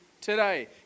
today